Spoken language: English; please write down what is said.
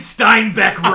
Steinbeck